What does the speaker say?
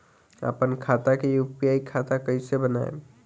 आपन खाता के यू.पी.आई खाता कईसे बनाएम?